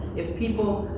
if people,